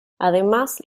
además